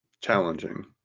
challenging